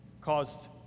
caused